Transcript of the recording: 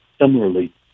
Similarly